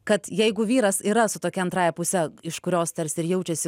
kad jeigu vyras yra su tokia antrąja puse iš kurios tarsi ir jaučiasi